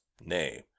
nay